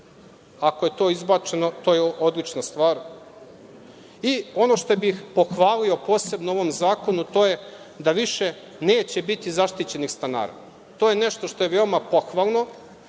Ako je to izbačeno, to je odlična stvar. Ono što bih pohvalio posebno u ovom zakonu, to je da više neće biti zaštićenih stanara. To je nešto što je veoma pohvalno.